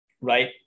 right